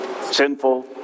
sinful